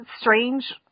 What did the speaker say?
strange